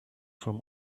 from